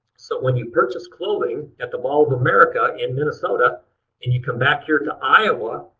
so when you purchase clothing at the mall of america in minnesota and you come back here to iowa,